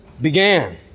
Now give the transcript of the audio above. began